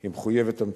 היא מחויבת המציאות.